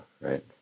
right